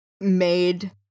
made